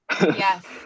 Yes